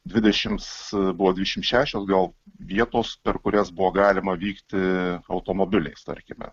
dvidešims buvo dvidešimt šešios gal vietos per kurias buvo galima vykti automobiliais tarkime